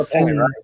Right